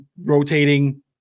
rotating